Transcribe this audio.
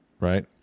right